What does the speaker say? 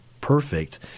perfect